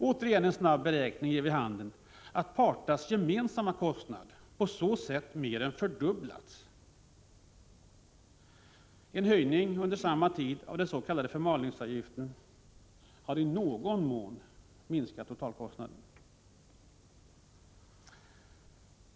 Återigen: en snabb beräkning ger vid handen att parternas gemensamma kostnad på så sätt mer än fördubblats. En höjning under samma tid av den s.k. förmalningsavgiften har i någon mån minskat totalkostnaden.